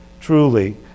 truly